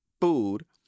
food